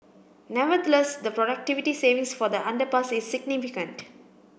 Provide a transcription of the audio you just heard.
nevertheless the productivity savings for the underpass is significant